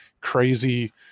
crazy